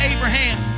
Abraham